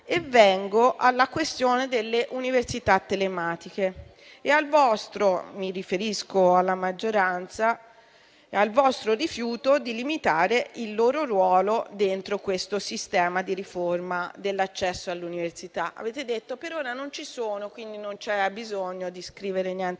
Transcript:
E vengo alla questione delle università telematiche e al vostro - mi riferisco alla maggioranza - rifiuto di limitare il loro ruolo dentro questo sistema di riforma dell'accesso all'università. Avete detto che per ora non ci sono e quindi non c'è bisogno di scrivere niente